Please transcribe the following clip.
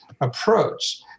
approach